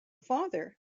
father